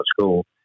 school